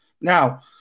Now